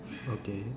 okay